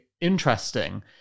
interesting